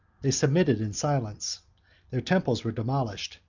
they submitted in silence their temples were demolished,